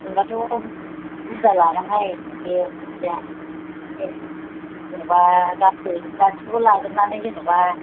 नोंनाथ' बुरजा लागोन हाय बेयो जेन'बा गासै गासिखौबो लाजोबनानै जेन'बा